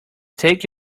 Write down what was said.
take